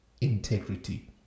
integrity